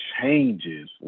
changes